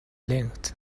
length